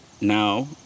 now